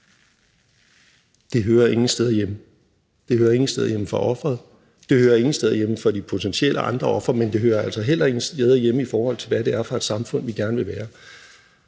Det hører ingen steder hjemme. Det hører ingen steder hjemme for offeret. Det hører ingen steder hjemme for de potentielle andre ofre, men det hører altså heller ingen steder hjemme, i forhold til hvad det er for et samfund, vi gerne vil være.